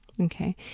Okay